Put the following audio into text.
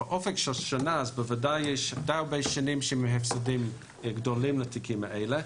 באופק של שנה בוודאי יש די הרבה שנים של הפסדים גדולים לתיקים האלה.